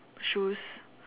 shoes